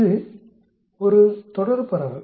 இது ஒரு தொடர் பரவல்